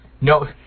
No